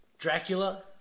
Dracula